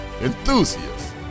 enthusiasts